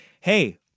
hey